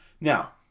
Now